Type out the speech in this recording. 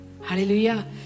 Hallelujah